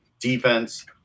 defense